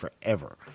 forever